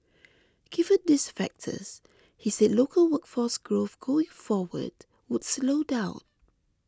given these factors he said local workforce growth going forward would slow down